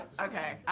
okay